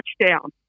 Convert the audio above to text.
touchdown